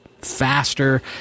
faster